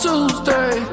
Tuesday